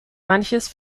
manches